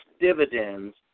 dividends